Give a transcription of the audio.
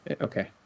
Okay